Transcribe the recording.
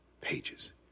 pages